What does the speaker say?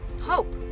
hope